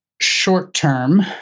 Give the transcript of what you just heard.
short-term